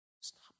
stop